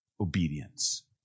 Obedience